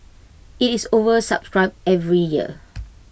IT is oversubscribed every year